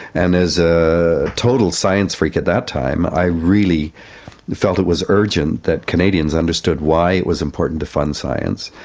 and as a total science freak at that time i really felt it was urgent that canadians understood why it was important to fund science.